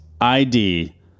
id